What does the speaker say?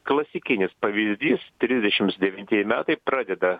klasikinis pavyzdys trisdešimts devintieji metai pradeda